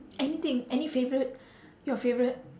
anything any favourite your favourite